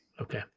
Okay